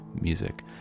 music